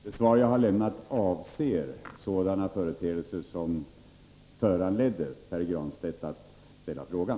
Fru talman! Det svar som jag har lämnat avser sådana företeelser som föranledde Pär Granstedt att ställa frågan.